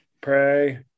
pray